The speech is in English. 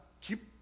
keep